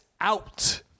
out